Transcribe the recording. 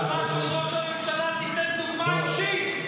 שהמשפחה של ראש הממשלה תיתן דוגמה אישית.